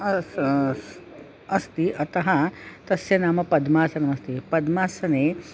आसास् अस्ति अतः तस्य नाम पद्मासनमस्ति पद्मासने